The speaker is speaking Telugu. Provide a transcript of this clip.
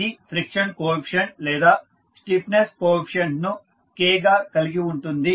ఇది ఫ్రిక్షన్ కోఎఫీసియంట్ లేదా స్టిఫ్నెస్ కోఎఫీసియంట్ ను K గా కలిగి ఉంటుంది